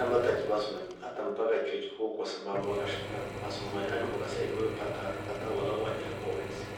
Vana vatakiwe vasome hata mpaka hata chuo chikuu kwa sababu wakashika masomo alya ya dooka saidi we pata hata walau ajira kwa uraisi.